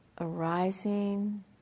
Arising